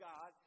God